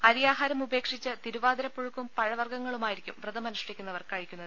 അരിയാഹാരം ഉപേക്ഷിച്ച് തിരുവാതിര പുഴുക്കും പഴവർഗ്ഗങ്ങളുമായിരിക്കും വ്രതമനുഷ്ഠിക്കുന്നവർ കഴിക്കുന്നത്